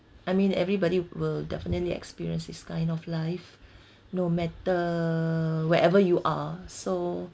I mean everybody will definitely experience this kind of life no matter wherever you are so